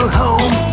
home